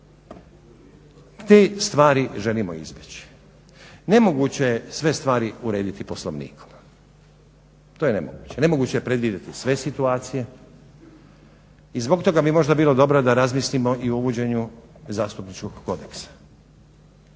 te stvari želimo izbjeći. Nemoguće je sve stvari urediti Poslovnikom, to je nemoguće, nemoguće je predvidjeti sve situacije i zbog toga bi možda bilo dobro da razmislimo i o uvođenju zastupničkog kodeksa,